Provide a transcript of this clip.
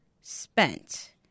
spent